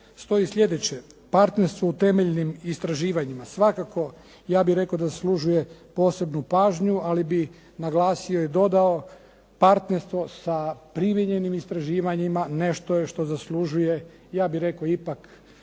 stoji sljedeće. Partnerstvo u temeljnim istraživanjima svakako, ja bih rekao, zaslužuje posebnu pažnju, ali bih naglasio i dodao partnerstvo sa primijenjenim istraživanjima nešto je što zaslužuje, ja bih rekao, ipak